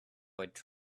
trouble